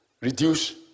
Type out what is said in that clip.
reduce